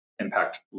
impact